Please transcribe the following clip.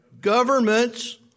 governments